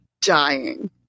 dying